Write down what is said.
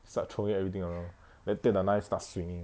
start throwing everything around then take the knife start swinging